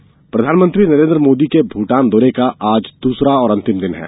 भूटान दौरा प्रधानमंत्री नरेन्द्र मोदी के भूटान दौरे का आज दूसरा दिन और अंतिम दिन है